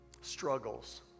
struggles